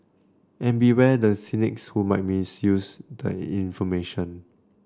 and beware the cynics who might misuse the information